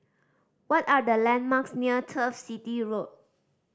what are the landmarks near Turf City Road